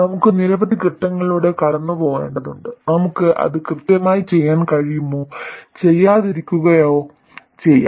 നമുക്ക് നിരവധി ഘട്ടങ്ങളിലൂടെ കടന്നുപോകേണ്ടതുണ്ട് നമുക്ക് അത് കൃത്യമായി ചെയ്യാൻ കഴിയുകയോ ചെയ്യാതിരിക്കുകയോ ചെയ്യാം